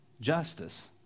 justice